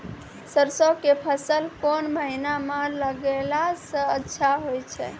सरसों के फसल कोन महिना म लगैला सऽ अच्छा होय छै?